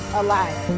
alive